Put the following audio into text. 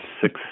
six